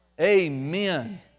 Amen